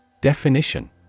Definition